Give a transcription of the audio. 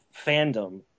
fandom